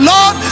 Lord